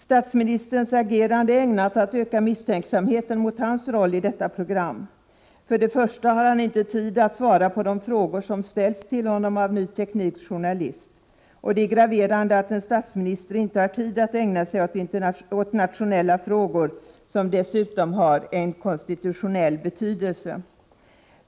Statsministerns agerande är ägnat att öka misstänksamheten mot hans roll i detta program. För det första: Statsministern har inte tid att svara på de frågor som ställts till honom av Ny Tekniks journalist. Det är graverande att en statsminister inte har tid att ägna sig åt nationella frågor som dessutom har konstitutionell betydelse.